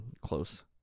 close